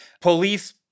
police